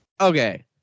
Okay